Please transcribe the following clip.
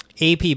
AP